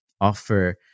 offer